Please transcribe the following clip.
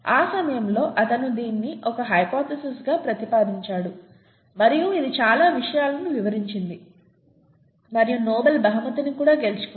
ఆ సమయంలో అతను దీనిని ఒక హైపోథెసిస్ గా ప్రతిపాదించాడు మరియు ఇది చాలా విషయాలను వివరించింది మరియు నోబెల్ బహుమతిని కూడా గెలుచుకుంది